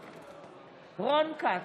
נגד רון כץ,